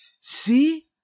see